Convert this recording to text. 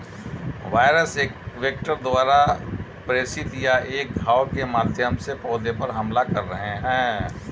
virus एक vector द्वारा प्रेषित या एक घाव के माध्यम से पौधे पर हमला कर रहे हैं